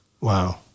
Wow